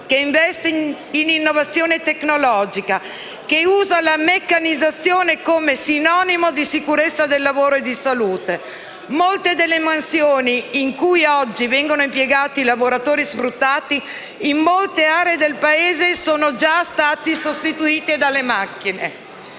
che investe in innovazione tecnologica, che usa la meccanizzazione come sinonimo di sicurezza del lavoro e di salute. Molte delle mansioni in cui oggi vengono impiegati i lavoratori sfruttati, in molte aree dei Paese sono già state sostituite da macchine.